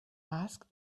ask